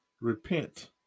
Repent